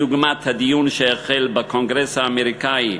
דוגמת הדיון שהחל בקונגרס האמריקני,